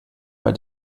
bei